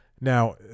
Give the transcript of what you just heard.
Now